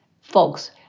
folks